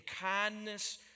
kindness